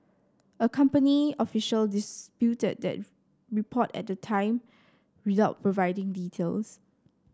a company official disputed that report at the time without providing details